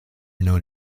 known